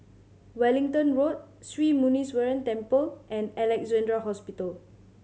Wellington Road Sri Muneeswaran Temple and Alexandra Hospital